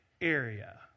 area